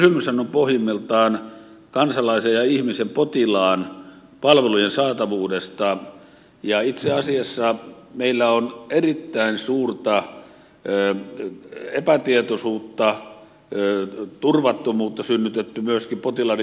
kysymyshän on pohjimmiltaan kansalaisen ja ihmisen potilaan palvelujen saatavuudesta ja itse asiassa meillä on erittäin suurta epätietoisuutta ja turvattomuutta synnytetty myöskin potilaiden juoksutuksen kautta